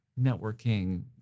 networking